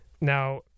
Now